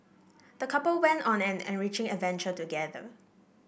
the couple went on an enriching adventure together